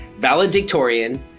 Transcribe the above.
valedictorian